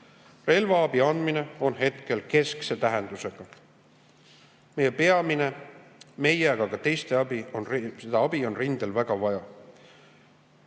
Relvaabi andmine on hetkel keskse tähendusega. Mis peamine: meie, aga ka teiste abi on rindel väga vaja.